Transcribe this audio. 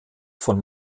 von